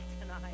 tonight